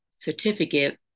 certificate